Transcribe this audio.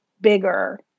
bigger